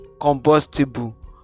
combustible